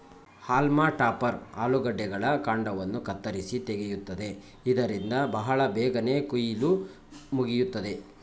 haulm topper ಆಲೂಗಡ್ಡೆಗಳ ಕಾಂಡವನ್ನು ಕತ್ತರಿಸಿ ತೆಗೆಯುತ್ತದೆ ಇದರಿಂದ ಬಹಳ ಬೇಗನೆ ಕುಯಿಲು ಮುಗಿಯುತ್ತದೆ